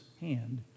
hand